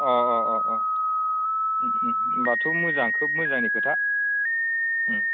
अ अ अ अ होनबाथ' मोजां खोब मोजांनि खोथा